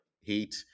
heat